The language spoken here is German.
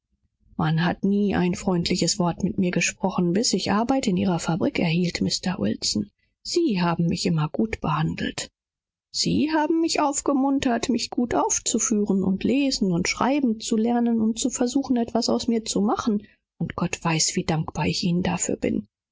lebens waren nie wurde ein freundliches wort zu mir gesprochen bis ich in ihre fabrik kam mr wilson sie haben mich gut behandelt sie haben mich ermuthigt gut zu sein lesen und schreiben zu lernen und etwas aus mir selbst zu machen und gott weiß es wie dankbar ich ihnen dafür bin